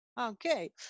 okay